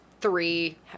three